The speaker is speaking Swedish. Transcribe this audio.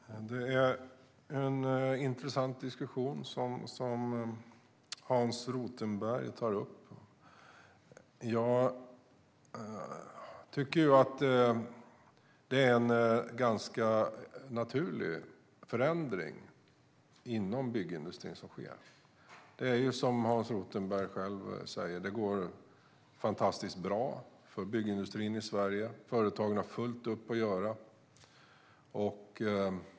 Herr talman! Det är en intressant diskussion som Hans Rothenberg tar upp. Jag tycker att det är en ganska naturlig förändring som sker inom byggindustrin. Som Hans Rothenberg själv säger går det fantastiskt bra för byggindustrin i Sverige. Företagen har fullt upp att göra.